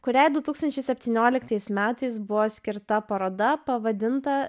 kuriai du tūkstančiai septynioliktais metais buvo skirta paroda pavadinta